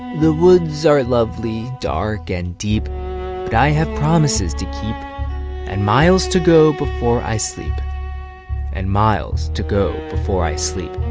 the woods are lovely, dark and deep, but i have promises to keep and miles to go before i sleep and miles to go before i sleep